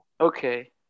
Okay